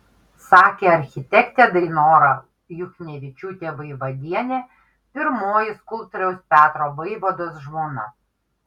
sakė architektė dainora juchnevičiūtė vaivadienė pirmoji skulptoriaus petro vaivados žmona